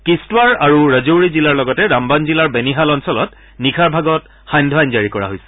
কিষ্টৱাৰ আৰু ৰাজৌৰী জিলাৰ লগতে ৰামবান জিলাৰ বেনীহাল অঞ্চলত নিশাৰ ভাগত সাধ্য আইন জাৰি কৰা হৈছে